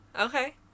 Okay